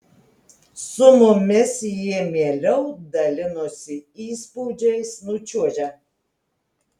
su mumis jie mieliau dalinosi įspūdžiais nučiuožę